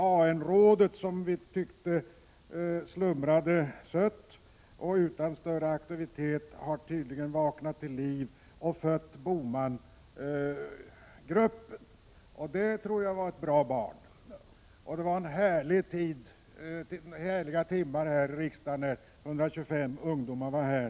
AN-rådet, som vi tyckte slumrade sött och utan större aktivitet, har tydligen vaknat till liv och fött BOMAN-gruppen, och det tror jag var ett bra barn. Det var härliga timmar i riksdagen när 125 ungdomar var här.